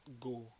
go